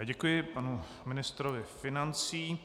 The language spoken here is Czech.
Děkuji panu ministrovi financí.